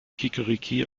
kikeriki